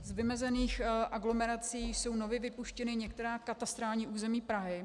Z vymezených aglomerací jsou nově vypuštěna některá katastrální území Prahy.